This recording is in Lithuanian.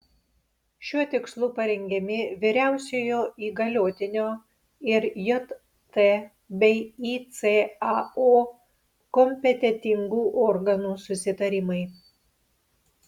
šiuo tikslu parengiami vyriausiojo įgaliotinio ir jt bei icao kompetentingų organų susitarimai